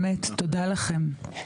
תודה לכם,